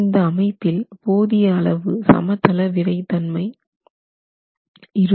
இந்த அமைப்பில் போதிய அளவு சமதள விறைத்தன்மை இருக்கும்